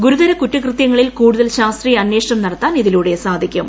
ഗുരുതര കുറ്റകൃത്യങ്ങളിൽ കൂടുതൽ ശാസ്ത്രീയ അന്വേഷണം നടത്താൻ ഇതിലൂടെ സാധിക്കും